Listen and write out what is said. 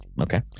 Okay